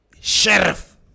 Sheriff